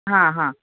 ಹಾಂ ಹಾಂ